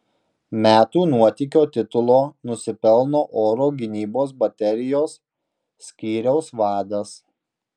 metų nuotykio titulo nusipelno oro gynybos baterijos skyriaus vadas